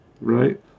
Right